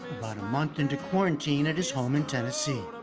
about a month into quarantine at his home in tennessee.